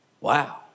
Wow